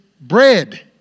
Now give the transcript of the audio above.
bread